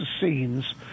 scenes